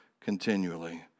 continually